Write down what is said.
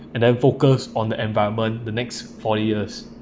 and then focus on the environment the next four years